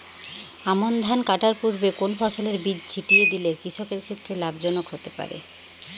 আমন ধান কাটার পূর্বে কোন ফসলের বীজ ছিটিয়ে দিলে কৃষকের ক্ষেত্রে লাভজনক হতে পারে?